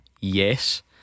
Yes